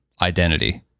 identity